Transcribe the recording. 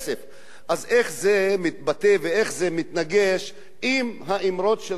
אז איך זה מתבטא ואיך זה מתנגש עם האמרות של ראש הממשלה,